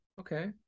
Okay